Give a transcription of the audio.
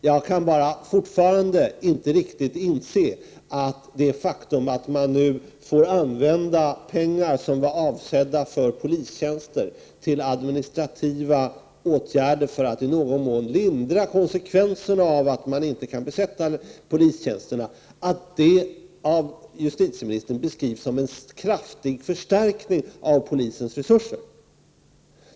Jag kan fortfarande inte riktigt inse att det faktum, att man nu får använda pengar, som var avsedda för polistjänster, till att vidta administrativa åtgärder för att i någon mån lindra konsekvenserna av att man inte kan besätta polistjänsterna av justitieministern beskrivs som en kraftig förstärkning av polisens resurser.